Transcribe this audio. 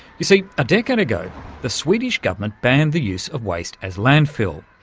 you see, a decade ago the swedish government banned the use of waste as landfill,